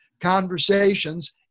conversations